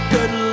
Good